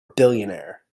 billionaire